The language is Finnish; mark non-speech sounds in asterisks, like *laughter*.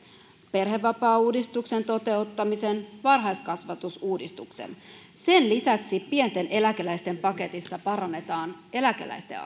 perhevapaauudistuksen toteuttamisen varhaiskasvatusuudistuksen sen lisäksi pienituloisten eläkeläisten paketissa parannetaan eläkeläisten *unintelligible*